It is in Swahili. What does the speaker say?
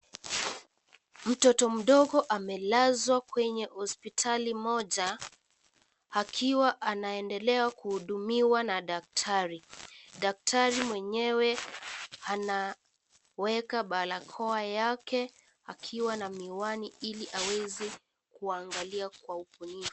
Mtoto mdogo amelazwa kwenye hospitali mona akiwa anaendelea kuhudumiwa na daktari . Daktari mwenyewe anaweka barakoa yake akiwa na miwani ili aweze kuangalia Kwa umakinifu.